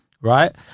Right